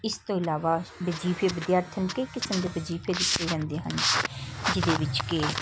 ਇਸ ਤੋਂ ਇਲਾਵਾ ਵਜੀਫੇ ਵਿਦਿਆਰਥੀਆਂ ਨੂੰ ਕਈ ਕਿਸਮ ਦੇ ਵਜੀਫੇ ਦਿੱਤੇ ਜਾਂਦੇ ਹਨ ਜਿਹਦੇ ਵਿੱਚ ਕਿ